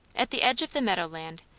at the edge of the meadow land,